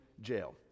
jail